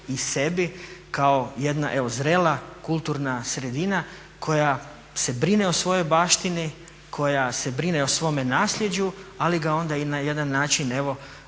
i sebi kao jedna evo zrela kulturna sredina koja se brine o svojoj baštini, koja se brine o svome nasljeđu ali ga onda i na jedan način evo